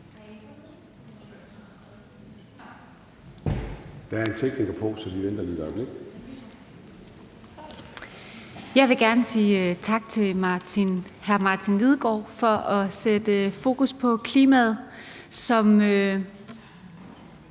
Jeg vil gerne sige tak til hr. Martin Lidegaard for at sætte fokus på klimaet. Som